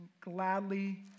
gladly